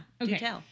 okay